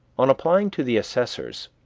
on applying to the assessors,